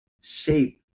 shape